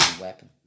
Weapon